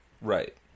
Right